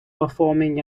performing